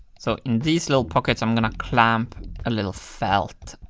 so in these little pockets i'm going to clamp a little felt.